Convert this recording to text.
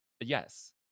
Yes